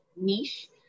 niche